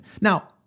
Now